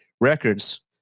Records